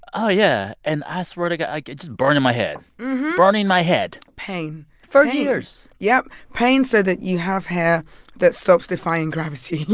oh, yeah. and i swear to god. like it's burned in my head burning my head. pain. for years yep, pain so that you have hair that stops defying gravity.